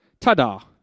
tada